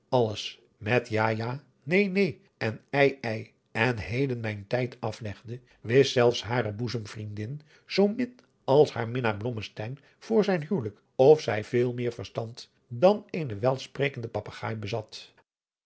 alles met ja ja neen neen en ei ei en heden mijn tijd aflegde wist zelfs hare boezemvriendin zoo min als haar minnaar blommesteyn voor zijn huwelijk of zij veel meer verstand dan eene welsprekende papagaai bezat